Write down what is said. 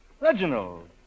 Reginald